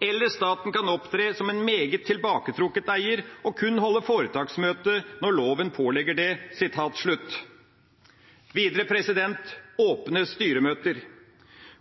eller staten kan opptre som en meget tilbaketrukket eier og kun holde foretaksmøte når loven pålegger det.» Videre til åpne styremøter: